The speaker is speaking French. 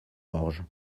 orge